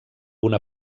una